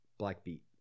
Blackbeat